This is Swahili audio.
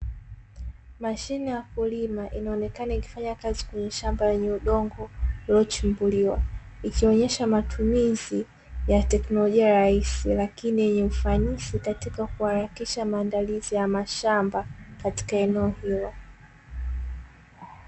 Mashine ya kulima inaonekana ikifanya kazi kweye shamba lenye udongo lililochimbuliwa. Ikionyesha matumizi ya teknolojia rahisi lakini yenye ufanisi katika kuharakisha maandalizi ya mashamba katika eneo hilo.